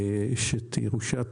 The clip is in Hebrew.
שתרושת